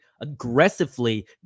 aggressively